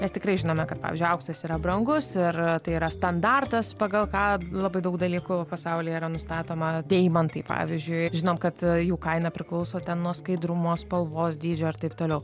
mes tikrai žinome kad pavyzdžiui auksas yra brangus ir tai yra standartas pagal ką labai daug dalykų pasaulyje yra nustatoma deimantai pavyzdžiui žinom kad jų kaina priklauso ten nuo skaidrumo spalvos dydžio ir taip toliau